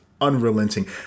unrelenting